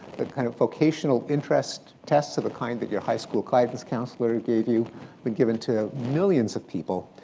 the kind of vocational interest tests of the kind that your high school guidance counselor gave you were given to millions of people,